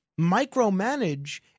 micromanage